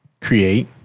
create